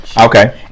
Okay